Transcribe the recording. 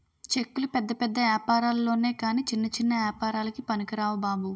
చెక్కులు పెద్ద పెద్ద ఏపారాల్లొనె కాని చిన్న చిన్న ఏపారాలకి పనికిరావు బాబు